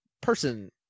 person